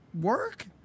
work